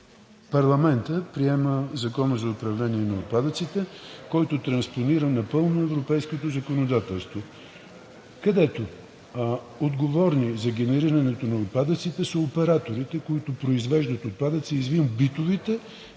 парламентът приема Закона за управление на отпадъците, който транспонира напълно европейското законодателство, където отговорни за генерирането на отпадъците са операторите, които произвеждат отпадъци, извън битовите,